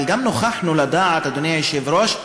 אבל גם נוכחנו לדעת, אדוני היושב-ראש,